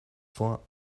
vor